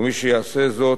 ומי שיעשה זאת,